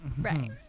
Right